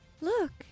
Look